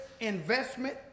investment